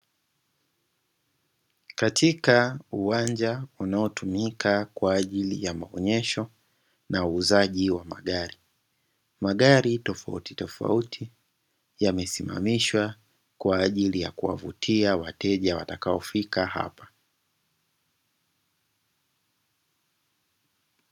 Katika uwanja unaotumika kwa ajili ya maonyesho na uuzaji wa magari . Magari tofautitofauti yamesimamishwa, kwa ajili ya kuwavutia wateja watakaofika hapa.